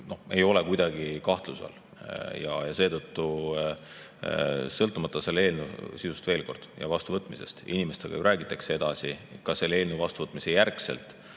ei ole kuidagi kahtluse all. Ja seetõttu, sõltumata selle eelnõu sisust ja vastuvõtmisest, inimestega räägitakse edasi, ka selle eelnõu vastuvõtmise järel